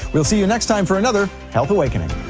we'll see you next time for another health awakening.